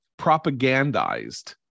propagandized